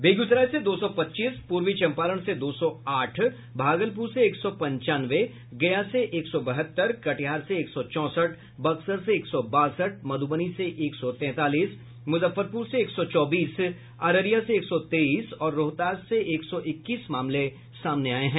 बेगूसराय से दो सौ पच्चीस पूर्वी चंपारण से दो सौ आठ भागलपुर से एक सौ पंचानवे गया से एक सौ बहत्तर कटिहार से एक सौ चौंसठ बक्सर से एक सौ बासठ मध्रबनी से एक सौ तैंतालीस मुजफ्फरपुर से एक सौ चौबीस अररिया से एक सौ तेईस और रोहतास से एक सौ इक्कीस मामले सामने आये हैं